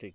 ᱴᱷᱤᱠ